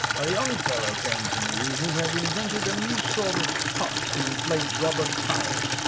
a young fellow came to me who had invented a new sort of pump to inflate rubber tires.